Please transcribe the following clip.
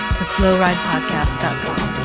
theslowridepodcast.com